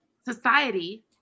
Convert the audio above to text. society